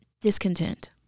discontent